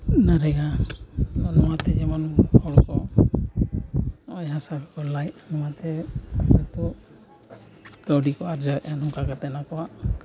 ᱚᱱᱟ ᱨᱮᱭᱟᱜ ᱱᱚᱣᱟᱛᱮ ᱡᱮᱢᱚᱱ ᱦᱚᱲ ᱠᱚ ᱱᱚᱜᱼᱚᱸᱭ ᱦᱟᱸᱥᱟ ᱠᱚ ᱠᱚ ᱞᱟᱭᱮᱜᱼᱟ ᱱᱚᱣᱟᱛᱮ ᱱᱤᱛᱚᱜ ᱠᱟᱹᱣᱰᱤ ᱠᱚ ᱟᱨᱡᱟᱣᱮᱫᱟ ᱱᱚᱝᱠᱟ ᱠᱟᱛᱮ ᱟᱠᱚᱣᱟᱜ ᱠᱟᱹᱣᱰᱤ